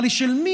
אמרה לי: של מי?